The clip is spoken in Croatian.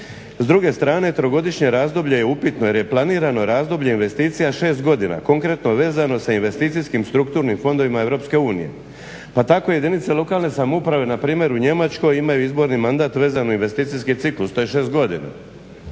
S druge strane 3-godišnje razdoblje je upitno jer je planirano razdoblje investicija 6 godina konkretno vezano sa investicijskim strukturnim fondovima EU. Pa tako jedinice lokalne samouprave na primjer u Njemačkoj imaju izborni mandat vezan uz investicijski ciklus, to je 6 godina.